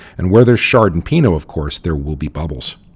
and where there's chard and pinot, of course, there will be bubbles.